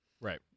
right